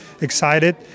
excited